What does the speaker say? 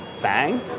FANG